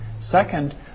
Second